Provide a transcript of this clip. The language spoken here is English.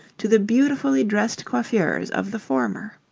to the beautifully dressed coiffures of the former.